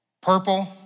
purple